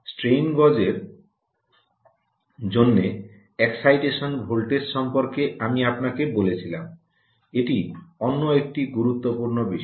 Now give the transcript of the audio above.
strain গজের জন্য excitation voltage সম্পর্কে আমি আপনাকে বলেছিলাম এটি অন্য একটি গুরুত্বপূর্ণ বিষয়